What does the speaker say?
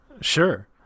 Sure